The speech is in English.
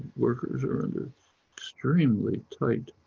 workers are under extremely tight,